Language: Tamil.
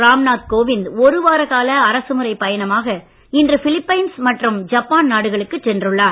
ராம்நாத் கோவிந்த் ஒருவார கால அரசுமுறை பயணமாக இன்று பிலிப்பைன்ஸ் மற்றும் ஜப்பான் நாடுகளுக்கு சென்றுள்ளார்